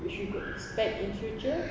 which you could expect in the future